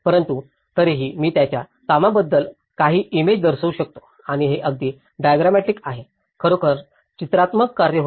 परंतु तरीही मी त्याच्या कामाबद्दल काही इमेज दर्शवू शकतो आणि हे अगदी डायग्रामॅटिक आणि खरोखर चित्रणात्मक कार्य होते